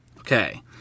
Okay